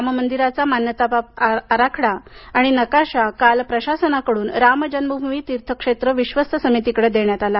राम मंदिराचा मान्यता प्राप्त आराखडा आणि नकाशा काल प्रशासनाकडून राम जन्मभूमी तीर्थ क्षेत्र विश्वस्त समितीकडं देण्यात आला